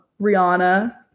Rihanna